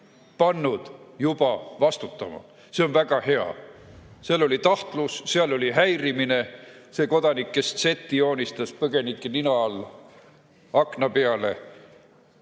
pannud juba vastutama. See on väga hea. Seal oli tahtlus, seal oli häirimine – see kodanik, kes Z-i joonistas põgenike nina all akna peale.